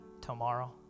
tomorrow